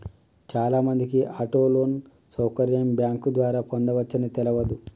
చాలామందికి auto loan సౌకర్యం bank ద్వారా పొందవచ్చని తెలవదు